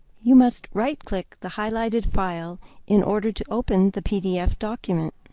you must right-click the highlighted file in order to open the pdf document.